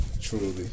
Truly